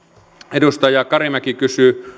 edustaja karimäki kysyi